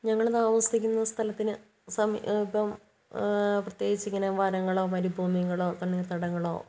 ഞങ്ങൾ താമസിക്കുന്ന സ്ഥലത്തിന് സമീപം പ്രത്യേകിച്ച് ഇങ്ങനെ വനങ്ങളോ മരുഭൂമികളോ തണ്ണീർത്തടങ്ങളോ